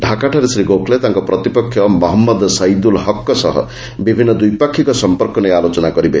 ଡାକାଠାରେ ଶ୍ରୀ ଗୋଖଲେ ତାଙ୍କ ପ୍ରତିପକ୍ଷ ମହମ୍ମଦ ସଇଦୁଲ୍ ହକ୍ଙ୍କ ସହ ବିଭିନ୍ନ ଦ୍ୱିପକ୍ଷୀୟ ସମ୍ପର୍କ ନେଇ ଆଲୋଚନା କରିବେ